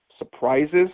surprises